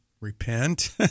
repent